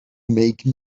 make